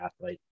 athlete